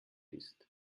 ist